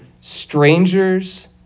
strangers